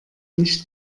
nicht